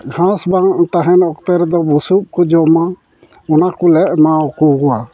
ᱜᱷᱟᱸᱥ ᱵᱟᱝ ᱛᱟᱦᱮᱱ ᱚᱠᱛᱮ ᱨᱮᱫᱚ ᱵᱩᱥᱩᱵ ᱠᱚ ᱡᱚᱢᱟ ᱚᱱᱟ ᱠᱚᱞᱮ ᱮᱢᱟᱣ ᱠᱚᱣᱟ